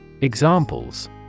Examples